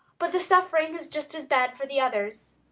but the suffering is just as bad for the others.